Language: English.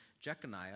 jeconiah